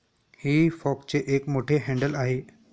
हेई फॉकचे एक मोठे हँडल आहे